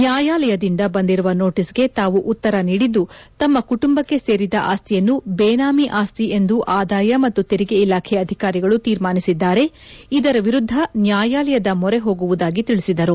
ನ್ಯಾಯಾಲಯದಿಂದ ಬಂದಿರುವ ನೋಟೀಸ್ಗೆ ತಾವು ಉತ್ತರ ನೀಡಿದ್ದು ತಮ್ಮ ಕುಟುಂಬಕ್ಕೆ ಸೇರಿದ ಆಸ್ತಿಯನ್ನು ಬೇನಾಮಿ ಆಸ್ತಿ ಎಂದು ಆದಾಯ ಮತ್ತು ತೆರಿಗೆ ಇಲಾಖೆ ಅಧಿಕಾರಿಗಳು ತೀರ್ಮಾನಿಸಿದ್ದಾರೆ ಇದರ ವಿರುದ್ದ ನ್ಯಾಯಾಲಯದ ಮೊರೆ ಹೋಗುವುದಾಗಿ ತಿಳಿಸಿದರು